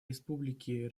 республики